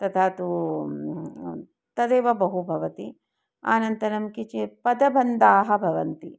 तथा तु तदेव बहु भवति अनन्तरं किञ्चित् पदबन्धाः भवन्ति